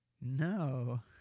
No